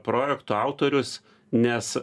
projekto autorius nes